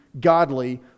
godly